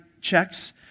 checks